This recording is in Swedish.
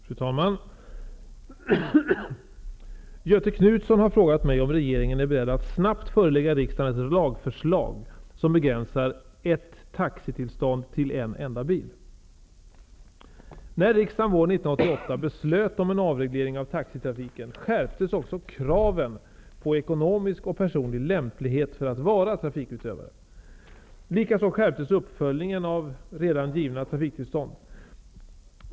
Fru talman! Göthe Knutson har frågat mig om regeringen är beredd att snabbt förelägga riksdagen ett lagförslag som begränsar ett taxitillstånd till en enda bil. När riksdagen våren 1988 beslöt om en avreglering av taxitrafiken skärptes också kraven på ekonomisk och personlig lämplighet för att vara trafikutövare. Likaså skärptes uppföljningen av redan givna trafiktillstånd.